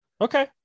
okay